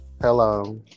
hello